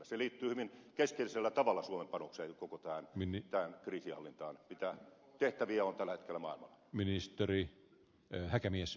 se liittyy hyvin keskeisellä tavalla suomen panokseen ja koko tähän kriisinhallintaan mitä tehtäviä on tällä hetkellä maailmalla